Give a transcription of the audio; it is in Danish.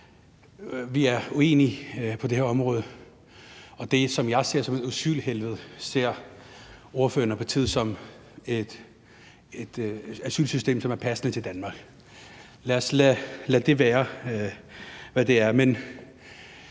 vi er uenige på det her område, og det, som jeg ser som et asylhelvede, ser ordføreren og hans parti som et asylsystem, som er passende for Danmark. Lad det være, hvad det er.